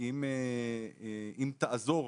אם תעזור,